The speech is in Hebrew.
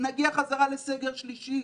נגיע חזרה לסגר שלישי.